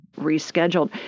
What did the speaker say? rescheduled